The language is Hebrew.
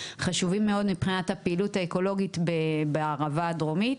חשובים מאוד מבחינת הפעילות האקולוגית בערבה הדרומית.